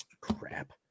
crap